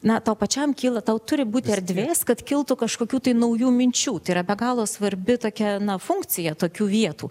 na tau pačiam kyla tau turi būt erdvės kad kiltų kažkokių tai naujų minčių tai yra be galo svarbi tokia funkcija tokių vietų